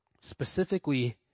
Specifically